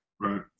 Right